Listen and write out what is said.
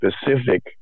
specific